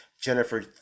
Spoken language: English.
Jennifer